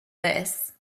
this